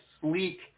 sleek